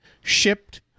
shipped